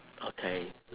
okay